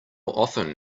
often